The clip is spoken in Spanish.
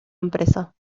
empresa